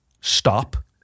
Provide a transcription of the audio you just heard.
stop